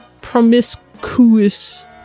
promiscuous